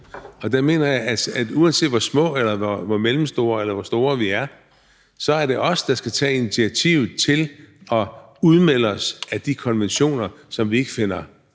og der mener jeg altså, at uanset hvor små eller hvor mellemstore eller hvor store vi er, så er det os, der skal tage initiativet til at udmelde os af de konventioner, som vi ikke finder